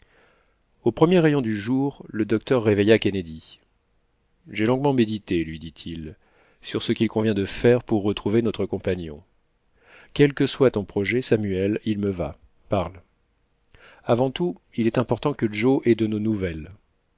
aux premiers rayons du jour le docteur réveilla kennedy j'ai longuement médité lui dit-il sur ce qu'il convient de faire pour retrouver notre compagnon quel que soit ton projet samuel il me va parle avant tout il est important que joe ait de nos nouvelles